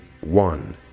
one